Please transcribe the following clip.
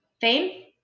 Fame